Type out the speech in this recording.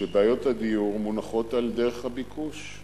שבעיות הדיור מונחות על דרך הביקוש.